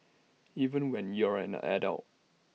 even when you're an adult